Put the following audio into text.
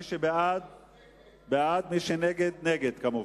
מי שבעד, בעד, ומי שנגד, נגד, כמובן.